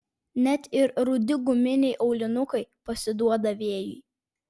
net ir rudi guminiai aulinukai pasiduoda vėjui